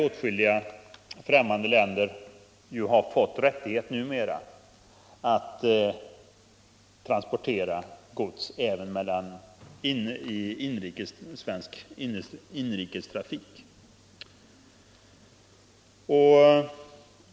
Åtskilliga länder har numera fått rättighet att transportera gods även i svensk inrikestrafik.